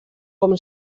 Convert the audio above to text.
com